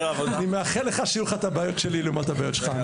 אני מאחל לך שיהיו לך את הבעיות שלי לעומת הבעיות שלך.